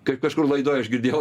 kaip kažkur laidoj aš girdėjau